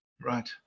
Right